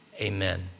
Amen